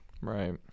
Right